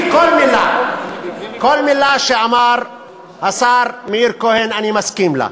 כל מילה שאמר השר מאיר כהן, אני מסכים לה.